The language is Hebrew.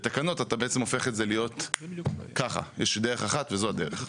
בתקנות אתה בעצם הופך את זה להיות בדרך אחת וזו הדרך.